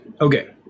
Okay